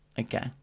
Okay